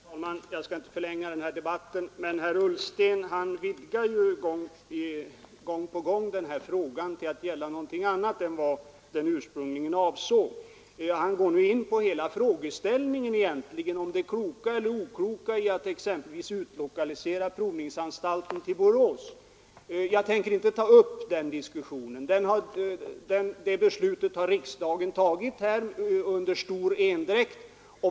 Herr talman! Jag skall inte ytterligare förlänga denna debatt, men jag vill peka på att herr Ullsten gång på gång vidgar frågan till att gälla någonting annat än vad som framgick av den ursprungliga formuleringen. Han går nu in på hela frågeställningen om det kloka eller okloka i att exempelvis utlokalisera provningsanstalten till Borås. Jag tänker inte ta upp den diskussionen. Beslutet härom har fattats av riksdagen under stor endräkt.